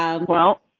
um well,